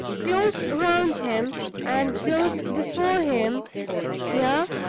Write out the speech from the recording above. close round him and close before him here,